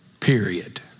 Period